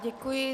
Děkuji.